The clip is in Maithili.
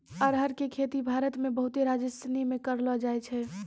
अरहर के खेती भारत मे बहुते राज्यसनी मे करलो जाय छै